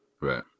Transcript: right